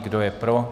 Kdo je pro?